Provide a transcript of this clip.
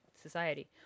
society